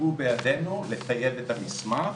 סייעו בידינו לטייב את המסמך,